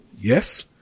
Yes